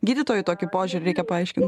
gydytojui tokį požiūrį reikia paaiškint